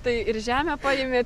tai ir žemę paėmė